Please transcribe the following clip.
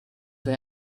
they